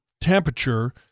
temperature